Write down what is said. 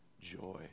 joy